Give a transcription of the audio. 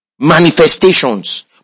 manifestations